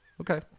Okay